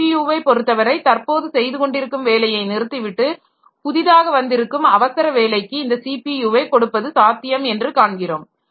ஸிபியுவை பொறுத்தவரை தற்போது செய்துகொண்டிருக்கும் வேலையை நிறுத்திவிட்டு புதிதாக வந்திருக்கும் அவசர வேலைக்கு இந்த ஸிபியுவை கொடுப்பது சாத்தியம் என்று காண்கிறோம்